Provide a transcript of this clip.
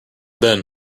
bin